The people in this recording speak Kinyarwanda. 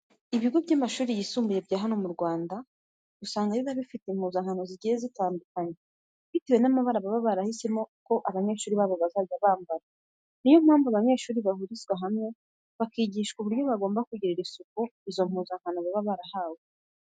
Ibigo by'amashuri yisumbuye bya hano mu Rwanda usanga biba bifite impuzankano zigiye zitandukanye bitewe n'amabara baba barahisemo ko abanyeshuri babo bazajya bambara. Niyo mpamvu, abanyeshuri bahurizwa hamwe bakigishwa uburyo bagomba kugirira isuku izo mpuzankano baba barahawe.